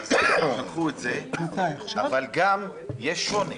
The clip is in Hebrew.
אבל יש שוני,